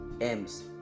m's